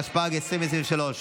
התשפ"ג 2023,